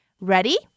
Ready